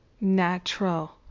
natural